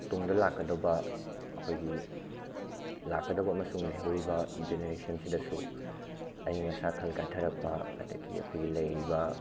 ꯇꯨꯡꯗ ꯂꯥꯛꯀꯗꯕ ꯑꯩꯈꯣꯏꯒꯤ ꯂꯥꯛꯀꯗꯧꯕ ꯑꯃꯁꯨꯡ ꯂꯩꯍꯧꯔꯤꯕ ꯖꯦꯅꯦꯔꯦꯁꯟꯁꯤꯗꯁꯨ ꯑꯌꯤꯡ ꯑꯁꯥ ꯈꯜ ꯀꯥꯏꯊꯔꯛꯄ ꯑꯗꯒꯤ ꯑꯩꯈꯣꯏꯒꯤ ꯂꯩꯔꯤꯕ